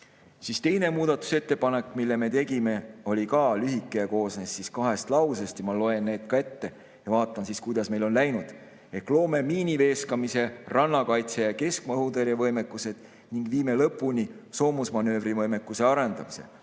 Teine muudatusettepanek, mille me tegime, oli ka lühike ja koosnes kahest lausest. Ma loen need ette ja vaatan, kuidas meil on läinud: "Loome miiniveeskamise, rannakaitse ja keskmaa õhutõrje võimekused ning viime lõpuni soomusmanöövrivõimekuse arendamise